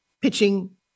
pitching